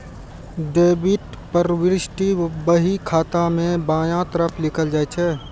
debit प्रवृष्टि बही खाता मे बायां तरफ लिखल जाइ छै